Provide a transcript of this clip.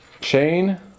chain